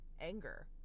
anger